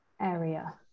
area